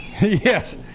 Yes